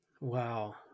Wow